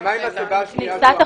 ומה עם הסיבה השנייה שאמרתם?